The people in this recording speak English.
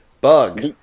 Bug